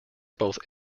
both